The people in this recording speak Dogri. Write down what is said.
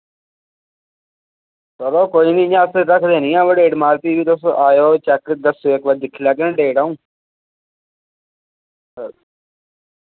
चलो कोई नि इयां अस रक्खदे नि ऐ ओवर डेट माल फ्ही बी तुस आएओ चैक दस्सेओ इक बारी दिक्खी लैगे नि डेट आऊं